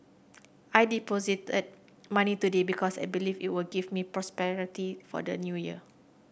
I deposited money today because I believe it will give me prosperity for the New Year